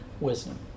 wisdom